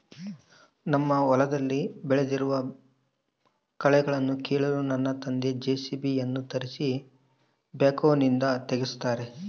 ನಮ್ಮ ಹೊಲದಲ್ಲಿ ಬೆಳೆದಿರುವ ಕಳೆಗಳನ್ನುಕೀಳಲು ನನ್ನ ತಂದೆ ಜೆ.ಸಿ.ಬಿ ಯನ್ನು ತರಿಸಿ ಬ್ಯಾಕ್ಹೋನಿಂದ ಅಗೆಸುತ್ತಾರೆ